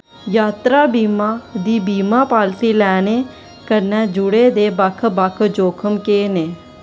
यात्रा बीमा दी बीमा पालसी लैने कन्नै जुड़े दे बक्ख बक्ख जोखम केह् न